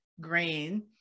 grain